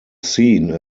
scene